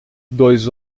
dois